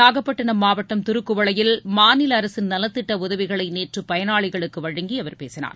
நாகப்பட்டினம் மாவட்டம் திருக்குவளையில் மாநில அரசின் நலத்திட்ட உதவிகளை நேற்று பயனாளிகளுக்கு வழங்கி அவர் பேசினார்